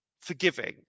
forgiving